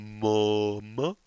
mama